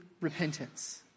repentance